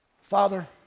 Father